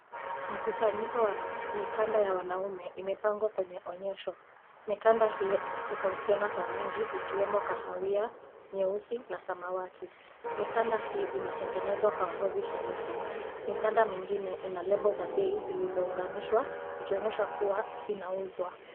Mkusanyiko wa mikanda ya wanaume imepangwa kwenye onyesho. Mikanda hiyo inatofautiana kwa rangi ikiwemo kahawia, nyeusi na samawati. Mikanda hii imetengenezwa kwa ngozi halisi. Mikanda mingima ina lebo za bei zilizounganishwa ikionyesha kuwa inauzwa.